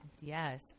Yes